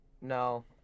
No